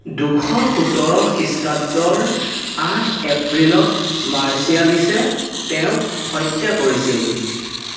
দুশ সোতৰ খ্ৰীষ্টাব্দৰ আঠ এপ্ৰিলত মাৰ্চিয়ালিছে তেওঁক হত্যা কৰিছিল